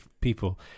people